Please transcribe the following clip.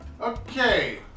okay